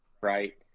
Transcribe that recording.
right